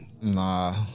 nah